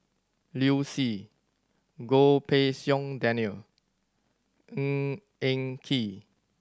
Liu Si Goh Pei Siong Daniel Ng Eng Kee